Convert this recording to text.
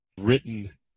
written